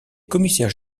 commissaires